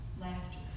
Laughter